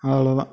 அவ்வளோதான்